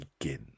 begin